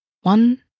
One